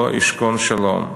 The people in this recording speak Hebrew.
לא ישכון שלום.